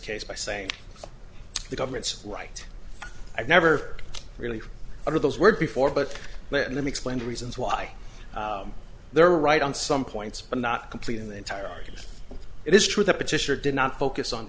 case by saying the government's right i've never really are those words before but let me explain the reasons why they're right on some points but not complete in the entire argument it is true the petitioner did not focus on